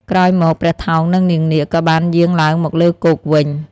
ក្រោយមក ព្រះថោង និងនាងនាគ ក៏បានយាងឡើងមកលើគោកវិញ។